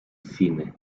cine